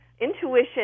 Intuition